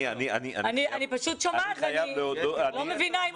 אני --- אני פשוט שומעת ואני לא מבינה אם